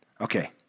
Okay